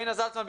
אינה זלצמן,